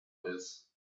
this